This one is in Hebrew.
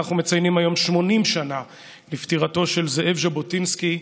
אנחנו מציינים היום 80 שנה לפטירתו של זאב ז'בוטינסקי,